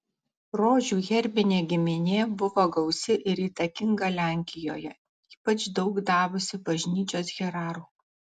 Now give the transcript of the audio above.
rožių herbinė giminė buvo gausi ir įtakinga lenkijoje ypač daug davusi bažnyčios hierarchų